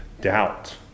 doubt